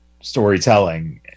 storytelling